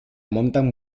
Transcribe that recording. montan